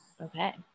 Okay